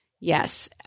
Yes